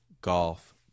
Golf